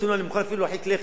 אני מוכן אפילו להרחיק לכת,